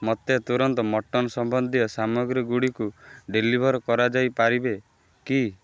ମୋତେ ତୁରନ୍ତ ମଟନ୍ ସମ୍ବନ୍ଧୀୟ ସାମଗ୍ରୀଗୁଡ଼ିକୁ ଡ଼େଲିଭର୍ କରାଯାଇପାରିବେ କି